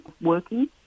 working